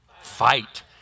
Fight